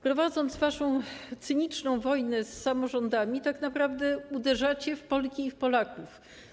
Prowadząc waszą cyniczną wojnę z samorządami, tak naprawdę uderzacie w Polki i Polaków.